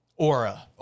Aura